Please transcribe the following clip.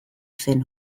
zen